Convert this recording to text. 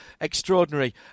Extraordinary